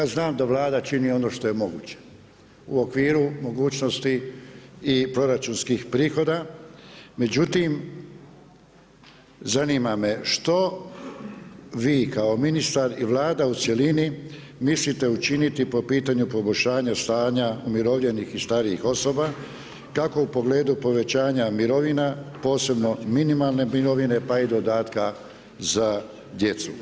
Ja znam da Vlada čini ono što je moguće u okviru mogućnosti i proračunskih prihoda, međutim zanima me što vi kao ministar i Vlada u cjelini mislite učiniti po pitanju poboljšanja stanja umirovljenih i starijih osoba kako u pogledu povećanja mirovina posebno minimalne mirovine, pa i dodatka za djecu.